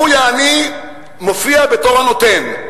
הוא, יעני, מופיע בתור נותן.